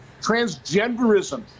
Transgenderism